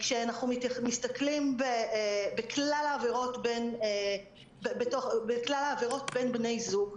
כשאנחנו מסתכלים בכלל העבירות בין בני זוג,